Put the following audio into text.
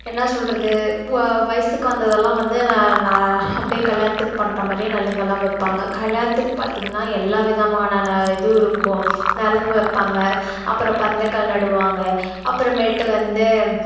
என்ன சொகில்றது பு வயசுக்கு வந்ததெல்லாம் வந்து ந ந அப்படியே கல்யாணத்துக்கு பண்ணுற மாதிரியே நலுங்கெல்லாம் வைப்பாங்க கல்யாணத்துக்கு பார்த்தீங்கன்னா எல்லா விதமான ந இதுவும் இருக்கும் நலுங்கு வைப்பாங்க அப்புறம் பந்தக்கால் நடுவாங்கள் அப்புறமேட்டு வந்து